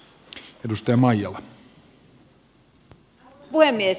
arvoisa puhemies